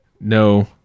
No